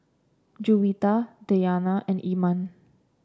Juwita Dayana and Iman